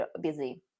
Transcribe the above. busy